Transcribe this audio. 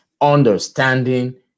understanding